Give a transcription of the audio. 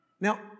Now